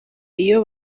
iyo